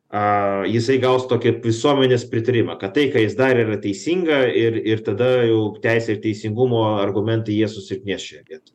a jisai gaus tokią visuomenės pritarimą kad tai ką jis darė yra teisinga ir ir tada jau teisė ir teisingumo argumentai jie susilpnės šioje vietoje